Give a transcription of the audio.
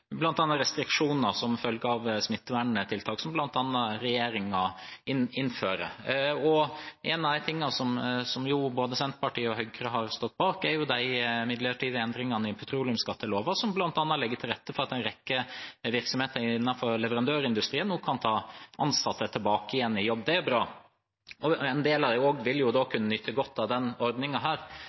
restriksjoner som følge av smitteverntiltak som bl.a. regjeringen innfører. En av de tingene som både Senterpartiet og Høyre har stått bak, er de midlertidige endringene i petroleumsskatteloven, som bl.a. legger til rette for at en rekke virksomheter innenfor leverandørindustrien nå kan ta ansatte tilbake i jobb. Det er bra. En del av dem vil også kunne nyte godt av